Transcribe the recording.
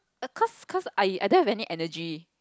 err cause cause I I don't have any energy